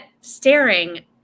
staring